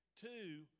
Two